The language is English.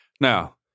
Now